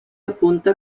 apunta